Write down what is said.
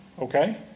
okay